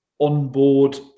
onboard